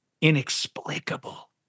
inexplicable